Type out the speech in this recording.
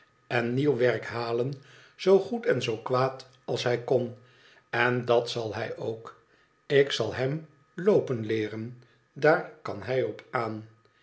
en nieuw werk halen zoo goed en zoo kwaad als hij kon en dat zal hij ook ik zal hem loopen leeren ddr kan hij op aan